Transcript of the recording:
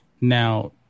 Now